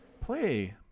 Play